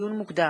לדיון מוקדם: